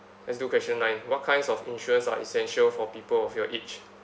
let's do question nine what kinds of insurance are essential for people of your age